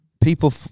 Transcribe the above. people